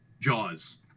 Jaws